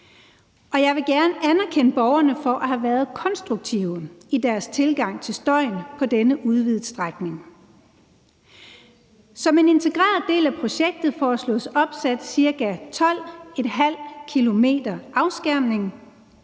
og jeg vil gerne anerkende borgerne for at have været konstruktive i deres tilgang til støjen på denne udvidede strækning. Som en integreret del af projektet foreslås opsat ca. 12,5 km afskærmning,